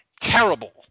terrible